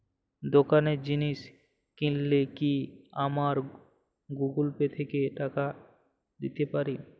দোকানে জিনিস কিনলে কি আমার গুগল পে থেকে টাকা দিতে পারি?